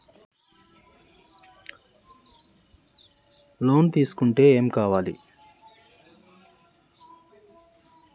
Loan తీసుకుంటే ఏం కావాలి?